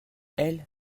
elles